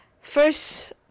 First